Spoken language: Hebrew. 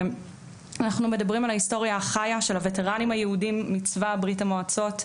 אנחנו מדברים על ההיסטוריה החיה של הווטרנים היהודים מצבא ברית המועצות,